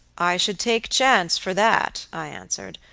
i should take chance for that i answered.